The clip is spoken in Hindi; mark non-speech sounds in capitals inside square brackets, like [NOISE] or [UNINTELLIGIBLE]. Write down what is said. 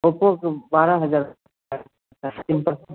ओप्पो का बारह हज़ार में [UNINTELLIGIBLE] सिम्पल